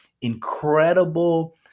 incredible